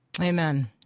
amen